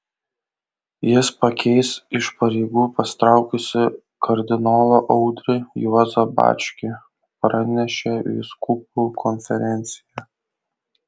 jis pakeis iš pareigų pasitraukusį kardinolą audrį juozą bačkį pranešė vyskupų konferencija